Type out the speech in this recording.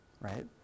Right